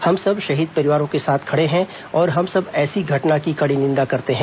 हम सब शहीद परिवारों के साथ खड़े हैं और हम सब ऐसी घटना की कड़ी निंदा करते हैं